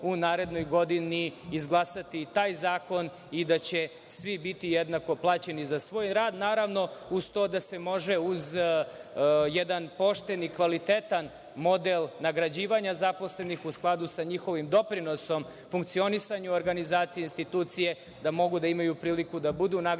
u narednoj godini izglasati taj zakon i da će svi biti jednako plaćeni za svoj rad, uz to da se može uz jedan pošten i kvalitetan model nagrađivanja zaposlenih, u skladu sa njihovim doprinosom, funkcionisanju u organizaciji institucije, da mogu da imaju priliku da budu nagrađeni